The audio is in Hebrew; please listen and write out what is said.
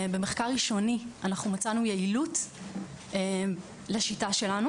במחקר ראשוני אנחנו מצאנו יעילות לשיטה שלנו